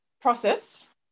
process